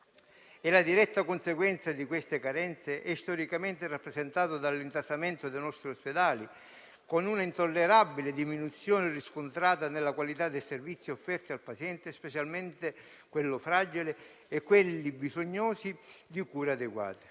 e la diretta conseguenza di queste carenze è storicamente rappresentata dall'intasamento dei nostri ospedali, con una intollerabile diminuzione riscontrata nella qualità del servizio offerto ai pazienti, specialmente quelli fragili e bisognosi di cure adeguate.